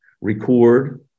record